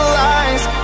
lies